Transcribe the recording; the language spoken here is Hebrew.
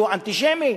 שהוא אנטישמי.